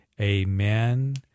Amen